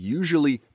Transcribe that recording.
usually